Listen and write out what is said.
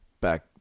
back